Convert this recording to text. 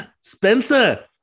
Spencer